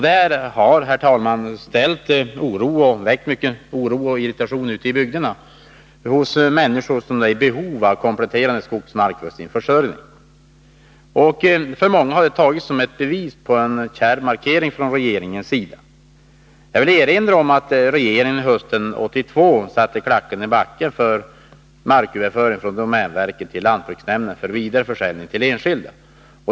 Detta har, herr talman, väckt mycken oro och irritation ute i bygderna, hos människor som är i behov av kompletterande skogsmark för sin försörjning. Många har uppfattat detta som en kärv markering från regeringens sida. Jag vill erinra om att regeringen hösten 1982 satte klacken i backen för marköverföring från domänverket till lantbruksnämnden för vidare försäljning till enskilda.